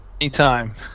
Anytime